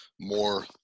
more